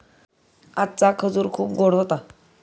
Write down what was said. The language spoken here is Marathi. आजचा खजूर खूप गोड होता